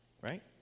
Right